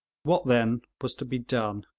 what, then, was to be done?